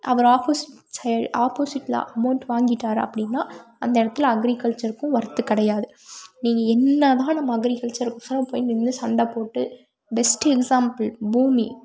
அவர் opposite side ஆப்போசிட்டில் amount வாங்கிட்டார் அப்படினா அந்த இடத்துல அக்ரிகல்ச்சர்க்கும் ஒர்த்து கிடையாது நீங்கள் என்ன தான் நம்ம அக்ரிகல்ச்சருக்குகொசரம் போய் நின்று சண்ட போட்டு பெஸ்ட் எக்ஸாம்பிள் பூமி